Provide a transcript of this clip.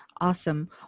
Awesome